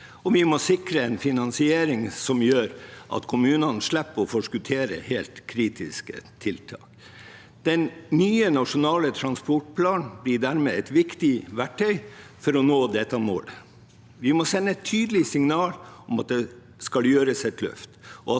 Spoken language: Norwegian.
vi må sikre en finansiering som gjør at kommunene slipper å forskuttere helt kritiske tiltak. Den nye nasjonale transportplanen blir dermed et viktig verktøy for å nå dette målet. Vi må sende et tydelig signal om at det skal gjøres et løft,